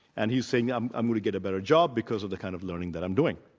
and he's saying, i'm i'm going to get a better job because of the kind of learning that i'm doing.